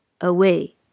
Away